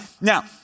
Now